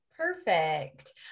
Perfect